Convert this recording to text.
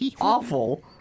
awful